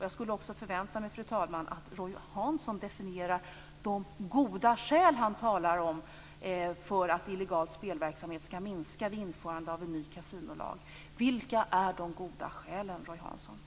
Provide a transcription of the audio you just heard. Jag förväntar mig också, fru talman, att Roy Hansson definierar de goda skäl han talar om för att illegal spelverksamhet skall minska vid införande av en ny kasinolag. Vilka är de goda skälen, Roy Hansson?